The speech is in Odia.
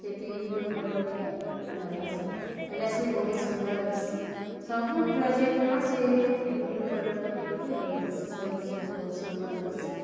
ସେଥି ବ୍ଲୁ କଲର୍ ଟିକେ ଲଗାସି ହେଲେ ସେ ବହୁତ୍ ସୁନ୍ଦର୍ ଦିଶି ସବୁ ପ୍ରୋଜେକ୍ଟ୍ ନ ସେ ବ୍ଲୁ କଲର୍ ଟିକେ ଟକେ ଲଗେଇଥିସି ସବୁ ସୁନ୍ଦର ଦିଶି